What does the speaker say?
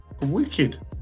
wicked